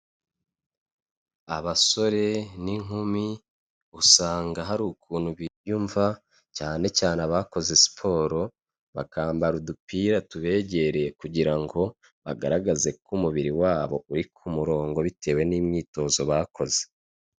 Abasore n'inkumi usanga hari ukuntu biyumva cyane cyane abakoze siporo bakambara udupira tubegereye kugira ngo bagaragaze ko umubiri wabo uri ku murongo bitewe n'imyitozo bakoze.